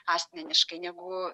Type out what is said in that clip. asmeniškai negu